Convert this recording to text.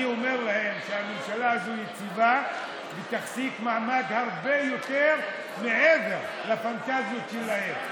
אני אומר להם שהממשלה הזאת יציבה ותחזיק מעמד הרבה מעבר לפנטזיות שלהם.